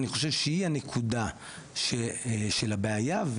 אני חושב שהיא הנקודה של הבעיה,